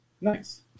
Nice